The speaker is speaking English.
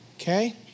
Okay